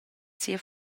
sia